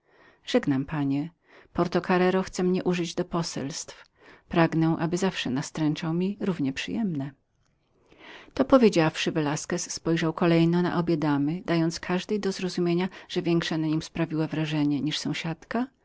żegnam panie porto careiro chce mnie używać do poselstw pragnę aby zawsze nastręczał mi równie przyjemne to powiedziawszy powiedziawszy velasquez spojrzał kolejno na obie damy dając każdej do zrozumienia że większe na nim sprawiła wrażenie niż sąsiadka